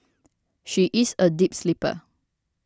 she is a deep sleeper